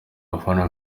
abafana